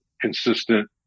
consistent